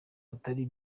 atari